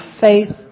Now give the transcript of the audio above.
faith